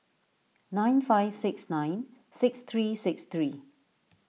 nine five six nine six three six three